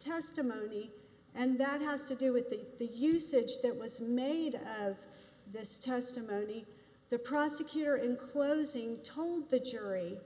testimony and that has to do with the the usage that was made of this testimony the prosecutor in closing told the jury